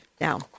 Now